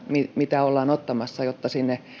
mitä ollaan ottamassa jotta sinne